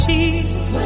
Jesus